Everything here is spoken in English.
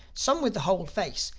some with the whole face,